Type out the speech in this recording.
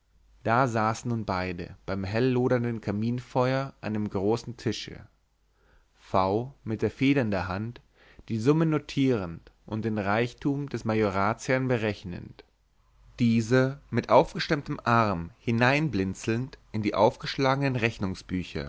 da saßen nun beide beim hellodernden kaminfeuer an dem großen tische v mit der feder in der hand die summen notierend und den reichtum des majoratsherrn berechnend dieser mit aufgestemmtem arm hineinblinzelnd in die aufgeschlagenen